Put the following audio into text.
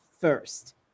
first